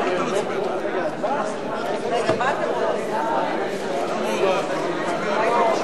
ההסתייגות של קבוצת סיעת חד"ש וקבוצת